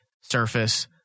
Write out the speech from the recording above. surface